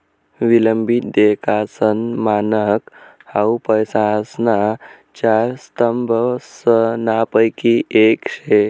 विलंबित देयकासनं मानक हाउ पैसासना चार स्तंभसनापैकी येक शे